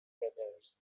brothers